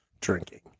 drinking